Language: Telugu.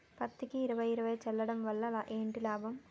పత్తికి ఇరవై ఇరవై చల్లడం వల్ల ఏంటి లాభం?